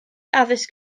addysg